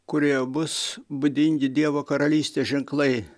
kurioje bus būdingi dievo karalystės ženklai